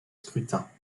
scrutins